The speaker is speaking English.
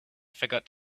forgot